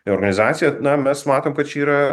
tai organizacija na mes matom kad čia yra